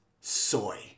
Soy